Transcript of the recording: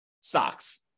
stocks